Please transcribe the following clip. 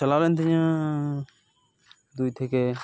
ᱪᱟᱞᱟᱣ ᱮᱱᱛᱤᱧᱟᱹ ᱫᱩᱭ ᱛᱷᱮᱠᱮ